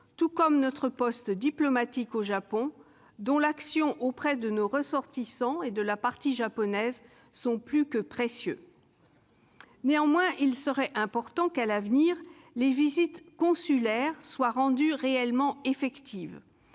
tout comme notre poste diplomatique au Japon, dont l'action auprès de nos ressortissants et de la partie japonaise est plus que précieuse. Néanmoins, il serait important qu'à l'avenir les visites consulaires soient rendues réellement effectives.